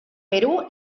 perú